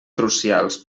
crucials